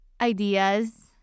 ideas